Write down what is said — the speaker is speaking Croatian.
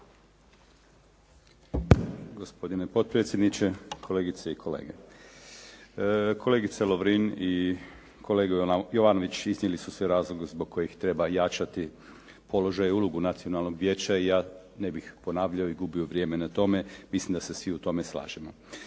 Gospodine potpredsjedniče, kolegice i kolege. Kolegica Lovrin i kolega Jovanović iznijeli su sve razloge zbog kojih treba jačati položaj i ulogu Nacionalnog vijeća i ja ne bih ponavljao i gubio vrijeme na tome. Mislim da se svi u tome slažemo.